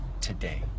today